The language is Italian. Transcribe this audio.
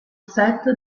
set